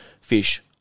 fish